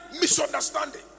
Misunderstanding